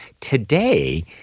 today